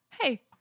Hey